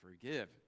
forgive